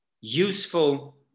useful